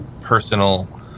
personal